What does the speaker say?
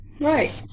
Right